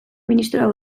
ministroak